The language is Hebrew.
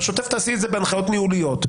בשוטף תעשי את זה בהנחיות ניהוליות.